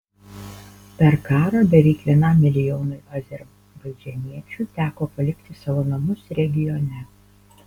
per karą beveik vienam milijonui azerbaidžaniečių teko palikti savo namus regione